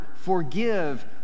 forgive